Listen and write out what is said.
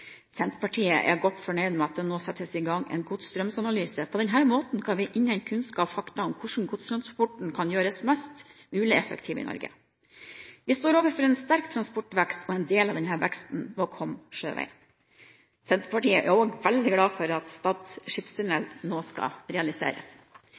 Senterpartiet er godt fornøyd med at det nå settes i gang en godsstrømsanalyse. På denne måten kan vi innhente kunnskap og fakta om hvordan godstransporten kan gjøres mest mulig effektiv i Norge. Vi står overfor en sterk transportvekst, og en del av denne veksten må komme sjøveien. Senterpartiet er også veldig glad for at